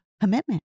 commitment